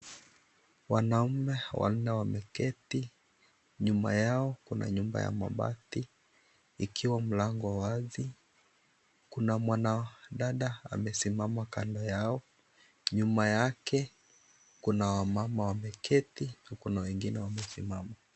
Wanaume wanne wameketi. Nyuma yao kuna nyumba ya mabati, ikiwa mlango wazi. Kuna mwanadada amesimama kando yao. Nyuma yake kuna wamama wameketi, na kuna wengine wamesimama.